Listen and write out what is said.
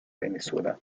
venezuela